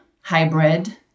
hybrid